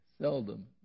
seldom